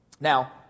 Now